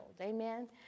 Amen